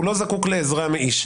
הוא לא זקוק לעזרה מאיש.